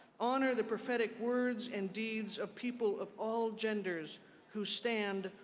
honor the prophetic words and deeds of people of all genders who stand,